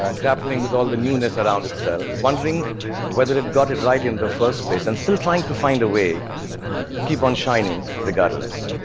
ah grappling with all the newness around itself, wondering whether it got it right in the first place, and still trying to find a way to keep on shining regardless.